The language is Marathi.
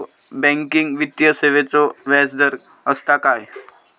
बँकिंग वित्तीय सेवाचो व्याजदर असता काय?